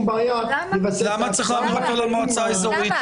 בעיה לבצע את --- למה צריך להעביר אותו למועצה האזורית?